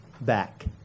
back